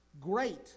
great